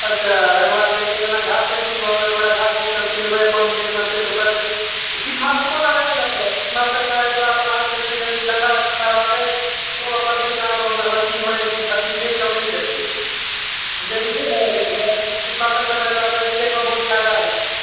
अच्छा एहिके बाद कहै छै जेना घासे फूस भऽ गेलै तऽ ओकरा घास फूसके छिलबै अपन जे जेना से सब करबै कीटनाशको दवाइ दिअऽ पड़त कीटनाशक दवाइ देलासँ अहाँके जे भी गन्दा तन्दा रहतै तऽ ओ अपन से सब अथी मने अथी जरिके मरि जेतै जे भी छै ने से कीटनाशकवला खेतमे बहुत फायदा होइ छै